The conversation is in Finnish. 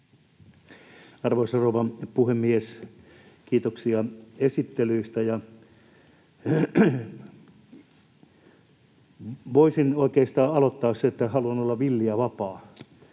Arvoisa rouva puhemies! Kiitoksia esittelyistä. Voisin oikeastaan aloittaa sillä, että haluan olla villi ja vapaa.